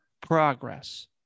progress